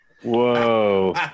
Whoa